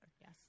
yes